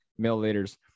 milliliters